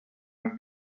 have